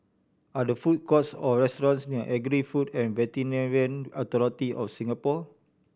are there food courts or restaurants near Agri Food and Veterinary Authority of Singapore